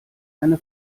eine